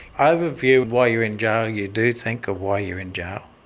i have a view while you're in jail, you do think of why you're in jail.